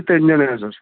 ਤਿੰਨ ਜਣੇ ਨੇ ਸਰ